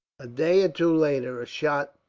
a day or two later a shot,